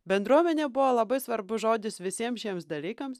bendrovė nebuvo labai svarbus žodis visiems šiems dalykams